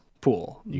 pool